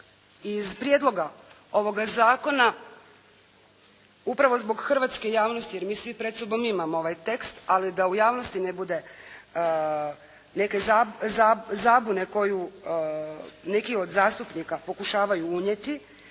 iz prijedloga ovoga zakona upravo zbog hrvatske javnosti jer mi svi pred sobom imamo ovaj tekst ali da u javnosti ne bude neke zabune koju neki od zastupnika pokušavaju unijeti.